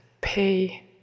pay